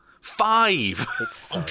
five